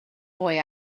boy